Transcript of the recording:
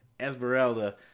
esmeralda